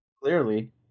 Clearly